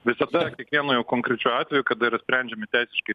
visada kiekvienu jau konkrečiu atveju kada yra sprendžiami teisiškai